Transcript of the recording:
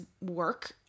work